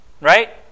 right